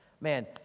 man